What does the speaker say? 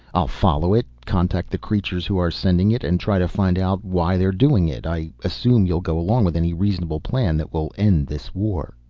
i'll follow it, contact the creatures who are sending it, and try to find out why they are doing it. i assume you'll go along with any reasonable plan that will end this war?